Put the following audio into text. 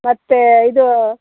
ಮತ್ತು ಇದು